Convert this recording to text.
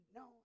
no